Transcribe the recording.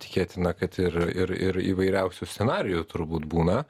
tikėtina kad ir ir ir įvairiausių scenarijų turbūt būna